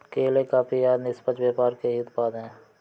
केले, कॉफी आदि निष्पक्ष व्यापार के ही उत्पाद हैं